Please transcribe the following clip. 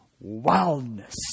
wildness